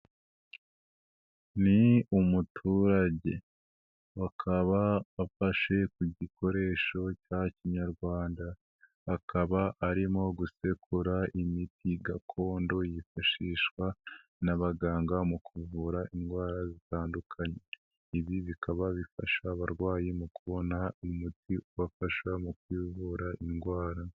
Ni umuturage akaba afashe ku gikoresho cya kinyarwanda, akaba arimo gusekura imiti gakondo yifashishwa n'abaganga mu kuvura indwara zitandukanye, ibi bikaba bifasha abarwayi mu kubona umuti ubafasha mu kwivura indwara.